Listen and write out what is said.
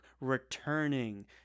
returning